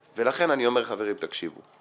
ולכן, אני אומר, חברים, תקשיבו.